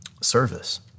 Service